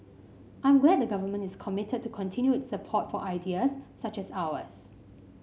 I'm glad the Government is committed to continue its support for ideas such as ours